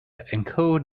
encode